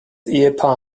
ehepaar